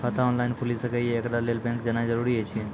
खाता ऑनलाइन खूलि सकै यै? एकरा लेल बैंक जेनाय जरूरी एछि?